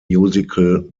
musical